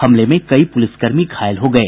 हमले में कई पुलिसकर्मी घायल हो गये